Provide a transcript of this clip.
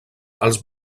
els